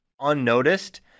unnoticed